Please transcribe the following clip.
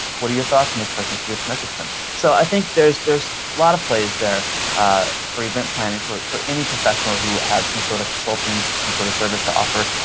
what are your thoughts on this person? i see you're connected to them. so i think there's a lot of plays there for event planning, for for any professional who has some sort of consulting, some sort of service to offer.